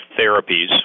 therapies